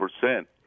percent